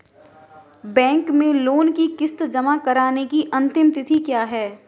Bank में loan की किश्त जमा कराने की अंतिम तिथि क्या है?